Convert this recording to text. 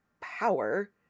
power